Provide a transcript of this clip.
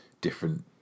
different